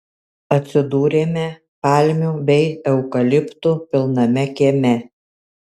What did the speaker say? atsidūrėme palmių bei eukaliptų pilname kieme